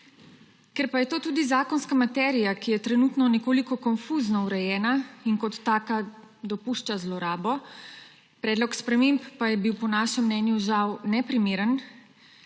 Ker pa je to tudi zakonska materija, ki je trenutno nekoliko konfuzno urejena in kot taka dopušča zlorabo, predlog sprememb pa je bil po našem mnenju žal neprimeren,